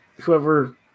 whoever